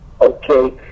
Okay